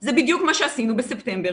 זה בדיוק מה שעשינו בספטמבר,